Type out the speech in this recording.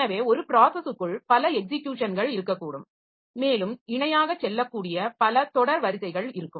எனவே ஒரு ப்ராஸஸுக்குள் பல எக்ஸிக்யூஷன்கள் இருக்கக்கூடும் மேலும் இணையாகச் செல்லக்கூடிய பல தொடர் வரிசைகள் இருக்கும்